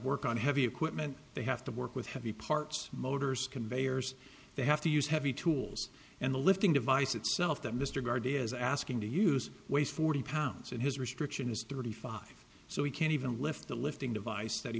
work on heavy equipment they have to work with heavy parts motors conveyors they have to use heavy tools and the lifting device itself that mr guard is asking to use weighs forty pounds and his restriction is thirty five so he can't even lift the lifting device that he